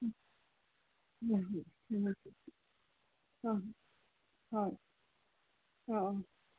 ꯎꯝ ꯃꯈꯣꯏꯒꯤ ꯑꯥ ꯑꯥ ꯑꯥ ꯑꯥ